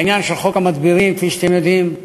העניין של חוק המדבירים, כפי שאתם יודעים,